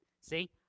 See